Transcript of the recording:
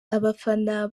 abafana